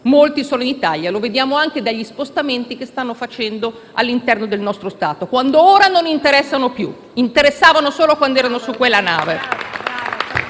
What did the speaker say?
molti sono in Italia, come vediamo anche dagli spostamenti che stanno facendo all'interno del nostro Stato. E ora non interessano più: interessavano solo quando erano su quella nave.